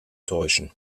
täuschen